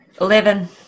Eleven